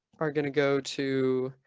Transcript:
are going to go to.